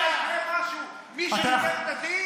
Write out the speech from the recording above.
אם חלילה יקרה משהו, מישהו ייתן את הדין?